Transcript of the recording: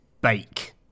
bake